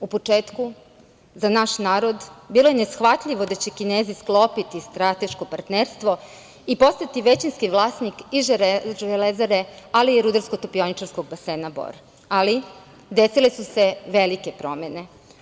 U početku za naš narod bilo je neshvatljivo da će Kinezi sklopiti strateško partnerstvo i postati većinski vlasnik i Železare, ali i Rudarsko topioničarskog basena Bor, ali desile su se velike promene.